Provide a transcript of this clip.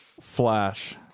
Flash